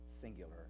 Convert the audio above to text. Singular